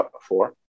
four